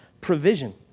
provision